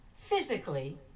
physically